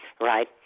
right